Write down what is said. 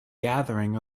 gathering